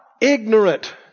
ignorant